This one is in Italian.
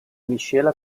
miscela